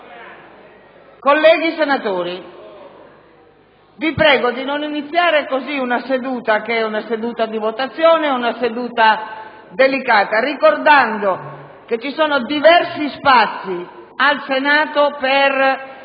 Colleghi senatori, vi prego di non iniziare così una seduta che prevede votazioni ed è delicata. Ricordando che vi sono diversi spazi in Senato per